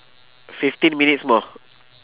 fifteen minutes more